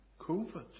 COVID